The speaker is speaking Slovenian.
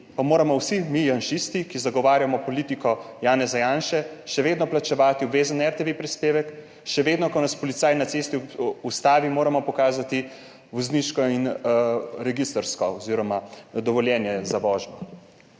pa moramo vsi mi janšisti, ki zagovarjamo politiko Janeza Janše, še vedno plačevati obvezen rtv prispevek? Še vedno, ko nas policaj na cesti ustavi moramo pokazati vozniško in registrsko oziroma dovoljenje za vožnjo.